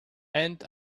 and